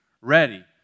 ready